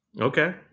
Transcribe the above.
Okay